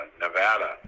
Nevada